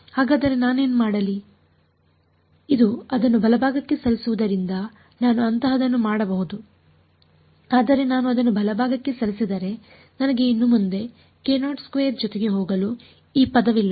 ಹಾಗಾದರೆ ನಾನೇನು ಮಾಡಲಿ ಇದು ಅದನ್ನು ಬಲಭಾಗಕ್ಕೆ ಸರಿಸುವುದರಿಂದ ನಾನು ಅಂತಹದನ್ನು ಮಾಡಬಹುದು ಆದರೆ ನಾನು ಅದನ್ನು ಬಲಭಾಗಕ್ಕೆ ಸರಿಸಿದರೆ ನನಗೆ ಇನ್ನು ಮುಂದೆ ಜೊತೆಗೆ ಹೋಗಲು ಇ ಪದವಿಲ್ಲ